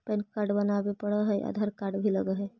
Pan card बनावे पडय है आधार कार्ड भी लगहै?